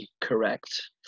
correct